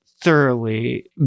thoroughly